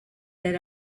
that